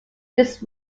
this